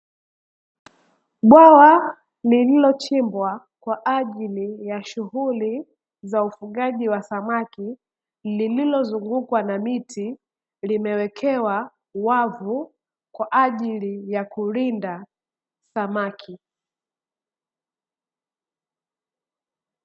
Bwawa lililochimbwa kwa ajili ya shughuli za ufugaji wa samaki, lililozungukwa na miti limewekewa wavu kwa ajili ya kulinda samaki.